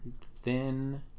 thin